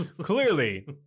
Clearly